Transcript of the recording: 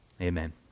Amen